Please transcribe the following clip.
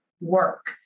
work